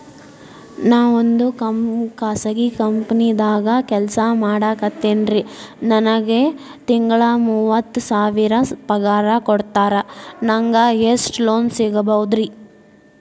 ನಾವೊಂದು ಖಾಸಗಿ ಕಂಪನಿದಾಗ ಕೆಲ್ಸ ಮಾಡ್ಲಿಕತ್ತಿನ್ರಿ, ನನಗೆ ತಿಂಗಳ ಮೂವತ್ತು ಸಾವಿರ ಪಗಾರ್ ಕೊಡ್ತಾರ, ನಂಗ್ ಎಷ್ಟು ಲೋನ್ ಸಿಗಬೋದ ರಿ?